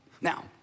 Now